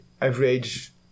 average